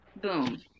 Boom